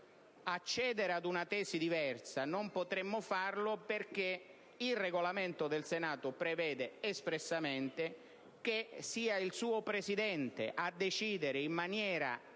accedere ad una tesi diversa, non potremmo farlo perché il Regolamento del Senato prevede espressamente che sia il Presidente a decidere in maniera